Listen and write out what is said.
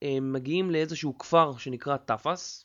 הם מגיעים לאיזשהו כפר שנקרא תפס